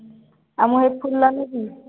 ଆଉ ମୁଁ ଫୁଲ ଆଣିବି